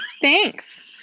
Thanks